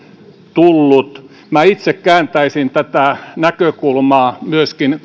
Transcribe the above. tullut minä itse kääntäisin tätä näkökulmaa myöskin